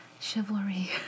chivalry